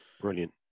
Brilliant